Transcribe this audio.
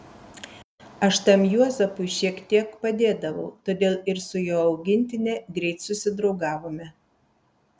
aš tam juozapui šiek tiek padėdavau todėl ir su jo augintine greit susidraugavome